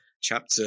chapter